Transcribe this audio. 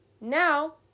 Now